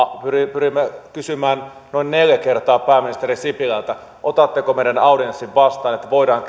pyrimme kysymään noin neljä kertaa pääministeri sipilältä otatteko meidän audienssimme vastaan että voidaan